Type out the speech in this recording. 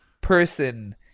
person